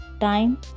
time